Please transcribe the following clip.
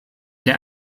der